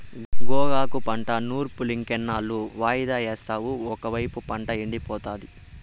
గోగాకు పంట నూర్పులింకెన్నాళ్ళు వాయిదా యేస్తావు ఒకైపు పంట ఎండిపోతాంది